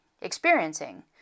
experiencing